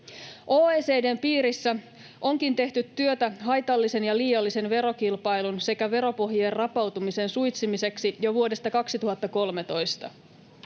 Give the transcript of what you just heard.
OECD:n piirissä onkin tehty työtä haitallisen ja liiallisen verokilpailun sekä veropohjien rapautumisen suitsimiseksi jo vuodesta 2013.